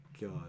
God